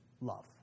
love